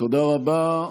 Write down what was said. תודה רבה.